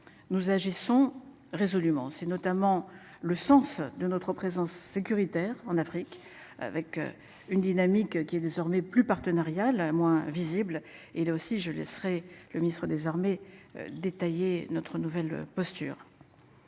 Nous agissons résolument. C'est notamment le sens de notre présence sécuritaire en Afrique avec une dynamique qui est désormais plus partenariale moins visible et là aussi je laisserai le ministre-désormais détaillé notre nouvelle posture.